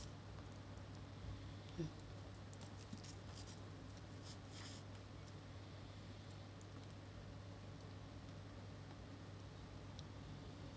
mm